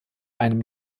einem